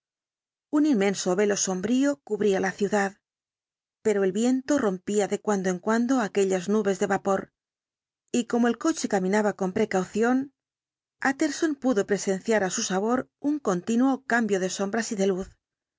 un inmenso velo sombrío cubría la ciudad pero el viento rompía de cuando en cuando aquellas nubes de vapor y como el coche caminaba con precaución utterson pudo presenciar á su sabor un continuo cambio de sombras y de luz